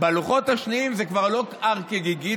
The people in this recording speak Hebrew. בלוחות השניים זה כבר לא "הר כגיגית",